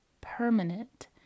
permanent